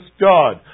God